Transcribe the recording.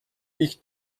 ich